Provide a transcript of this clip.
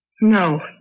No